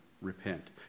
repent